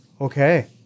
Okay